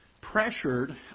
pressured